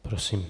Prosím.